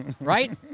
Right